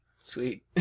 Sweet